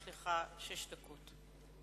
יש לך שש דקות.